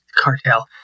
cartel